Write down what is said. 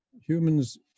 Humans